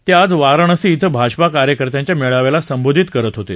ते आज वाराणसी श्वं भाजपा कार्यकर्त्यांच्या मेळाव्याला संबोधित करत होते